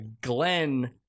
Glenn